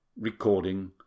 Recording